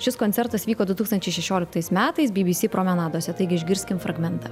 šis koncertas vyko du tūkstančiai šešlioliktais metais by by sy promenadose taigi išgirskim fragmentą